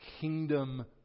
kingdom